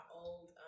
old